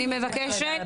אני מבקשת,